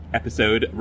episode